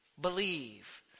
Believe